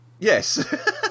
Yes